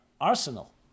arsenal